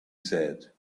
said